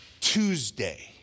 Tuesday